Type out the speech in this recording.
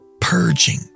purging